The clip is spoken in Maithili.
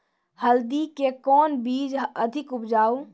हल्दी के कौन बीज अधिक उपजाऊ?